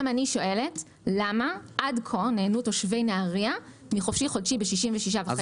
גם אני שואלת למה עד כה נהנו תושבי נהריה מחופשי-חודשי ב-66.5 שקלים.